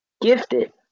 gifted